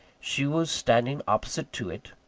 she was standing opposite to it,